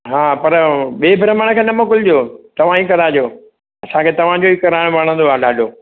हा पर ॿिए बह्माण्ड खे न मोकिलिजो तव्हां ई कराइजो असांखे तव्हांजो ई कराइणु वणंदो आहे ॾाढो